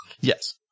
Yes